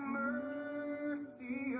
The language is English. mercy